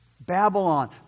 Babylon